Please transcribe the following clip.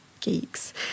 geeks